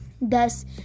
thus